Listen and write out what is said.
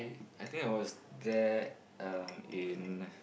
I think I was there um in